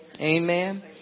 amen